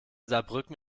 saarbrücken